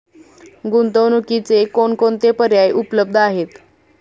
गुंतवणुकीचे कोणकोणते पर्याय उपलब्ध आहेत?